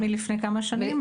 מלפני כמה שנים?